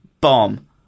Bomb